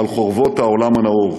על חורבות העולם הנאור.